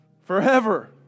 forever